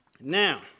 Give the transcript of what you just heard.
now